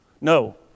No